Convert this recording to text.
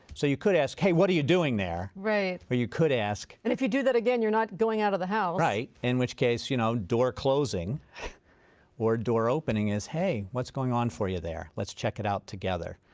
so you could ask hey what are you doing there? or you could ask and if you do that again you're not going out of the house. right, in which case you know door closing or door opening is hey what's going on for you there? let's check it out together.